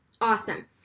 Awesome